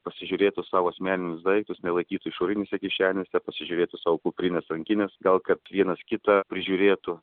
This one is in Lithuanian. pasižiūrėtų savo asmeninius daiktus nelaikytų išorinėse kišenėse pasižiūrėtų savo kuprines rankines gal kad vienas kitą prižiūrėtų